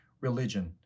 religion